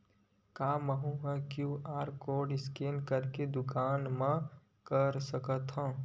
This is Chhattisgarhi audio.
का मैं ह क्यू.आर कोड स्कैन करके दुकान मा कर सकथव?